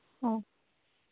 ᱦᱚᱸ